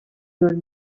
your